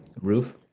roof